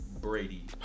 Brady